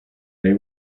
they